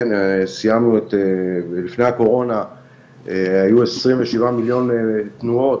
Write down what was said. לפני הקורונה היו 27 מיליון תנועות,